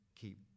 keep